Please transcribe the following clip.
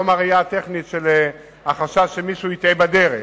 ולא מהראייה הטכנית של החשש שמישהו יטעה בדרך.